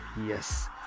Yes